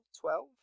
Twelve